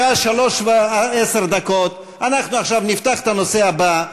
השעה 15:10, אנחנו עכשיו נפתח את הנושא הבא.